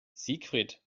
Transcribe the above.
siegfried